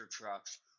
trucks